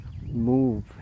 move